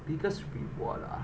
biggest reward ah